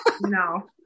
No